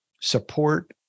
support